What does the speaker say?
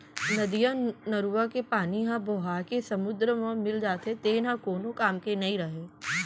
नदियाँ, नरूवा के पानी ह बोहाके समुद्दर म मिल जाथे तेन ह कोनो काम के नइ रहय